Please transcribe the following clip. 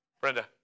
Brenda